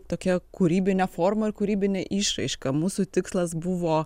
tokia kūrybinė forma ir kūrybinė išraiška mūsų tikslas buvo